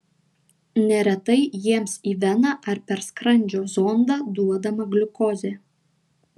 neretai jiems į veną ar per skrandžio zondą duodama gliukozė